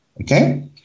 Okay